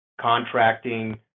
contracting